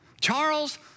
Charles